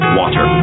water